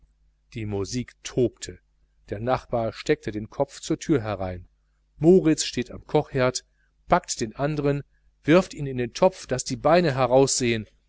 die musik tobte der nachbar steckt den kopf zur tür herein moritz steht am kochherd packt den andern wirft ihn in den topf daß die beine